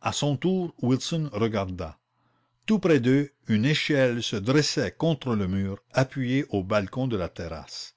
à son tour wilson regarda tout près d'eux une échelle se dressait contre le mur appuyée au balcon de la terrasse